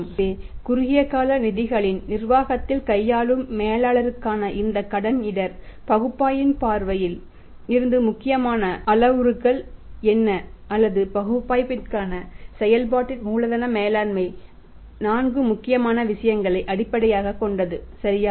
எனவே குறுகிய கால நிதிகளின் நிர்வாகத்தில் கையாளும் மேலாளர்களுக்கான இந்த கடன் இடர் பகுப்பாய்வின் பார்வையில் இருந்து முக்கியமான அளவுருக்கள் என்ன அல்லது பகுப்பாய்விற்கான செயல்பாட்டு மூலதன மேலாண்மை நான்கு முக்கியமான விஷயங்களை அடிப்படையாகக் கொண்டது சரியா